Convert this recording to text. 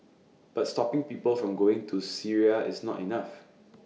but stopping people from going to Syria is not enough